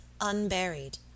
unburied